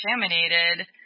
contaminated